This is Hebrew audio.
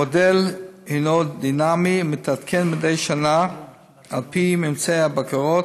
המודל דינמי ומתעדכן מדי שנה על פי ממצאי הבקרות,